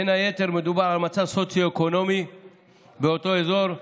בין היתר מדובר על מצב סוציו-אקונומי באותו אזור,